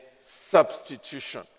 substitution